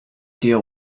deal